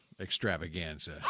extravaganza